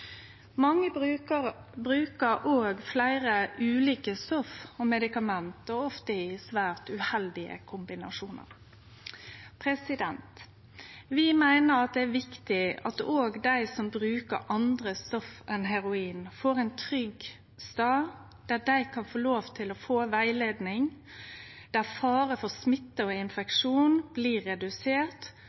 Mange brukar òg fleire ulike stoff og medikament, ofte i svært uheldige kombinasjonar. Vi meiner det er viktig at også dei som brukar andre stoff enn heroin, får ein trygg stad der dei kan få rettleiing, der faren for smitte og infeksjon blir redusert,